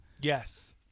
Yes